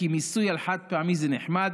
כי מיסוי חד-פעמי זה נחמד,